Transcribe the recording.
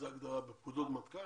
הגדרה בפקודות מטכ"ל?